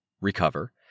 Recover